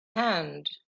hand